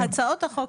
הצעות החוק,